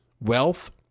Wealth